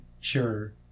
sure